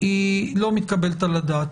לא מתקבלת על הדעת,